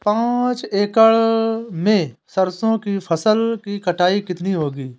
पांच एकड़ में सरसों की फसल की कटाई कितनी होगी?